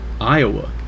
Iowa